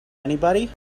anybody